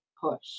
push